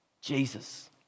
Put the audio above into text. Jesus